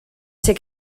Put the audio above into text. ser